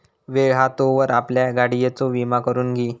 वेळ हा तोवर आपल्या गाडियेचो विमा करून घी